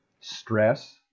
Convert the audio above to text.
stress